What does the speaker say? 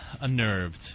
unnerved